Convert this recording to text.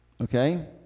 Okay